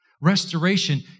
restoration